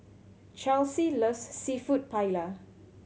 Charlsie loves Seafood Paella